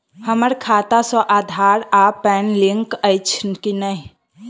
हम्मर खाता सऽ आधार आ पानि लिंक अछि की नहि?